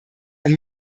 ein